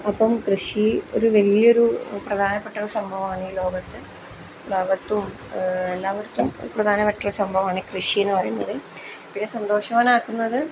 അപ്പം കൃഷി ഒരു വലിയൊരു പ്രധാനപ്പെട്ടൊരു സംഭവമാണ് ഈ ലോകത്ത് ലോകത്തും എല്ലാവർക്കും പ്രധാനപ്പെട്ട ഒരു സംഭവമാണ് കൃഷി എന്ന് പറയുന്നത് പിന്നെ സന്തോഷവാനാക്കുന്നത്